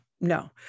no